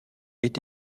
est